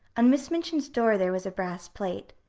on miss minchin's door there was a brass plate.